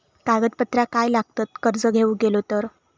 कागदपत्रा काय लागतत कर्ज घेऊक गेलो तर?